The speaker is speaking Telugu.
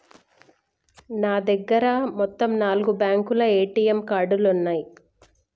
నా దగ్గర మొత్తం నాలుగు బ్యేంకుల ఏటీఎం కార్డులున్నయ్యి